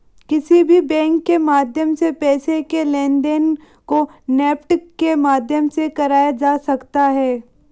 किसी भी बैंक के माध्यम से पैसे के लेनदेन को नेफ्ट के माध्यम से कराया जा सकता है